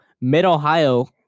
Mid-Ohio